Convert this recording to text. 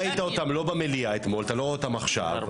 אותם במליאה, אתה לא רואה אותם עכשיו.